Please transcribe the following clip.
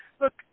Look